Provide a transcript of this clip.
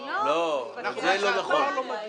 לא, זה לא נכון.